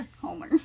Homer